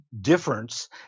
difference